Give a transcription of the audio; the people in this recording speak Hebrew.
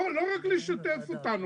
לא רק לשתף אותנו.